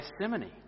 Gethsemane